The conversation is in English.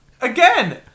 again